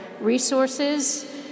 resources